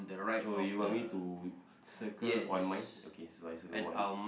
so you want to circle on mine okay so I circle one